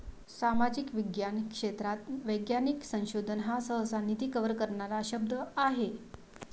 सामाजिक विज्ञान क्षेत्रात वैज्ञानिक संशोधन हा सहसा, निधी कव्हर करणारा शब्द आहे